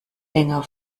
länger